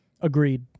Agreed